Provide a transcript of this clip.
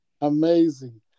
amazing